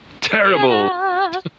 Terrible